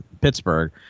Pittsburgh